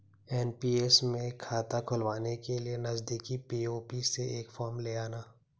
NPS में खाता खुलवाने के लिए नजदीकी पी.ओ.पी से एक फॉर्म ले आना